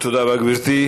תודה רבה, גברתי.